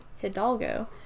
Hidalgo